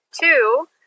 two